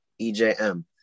EJM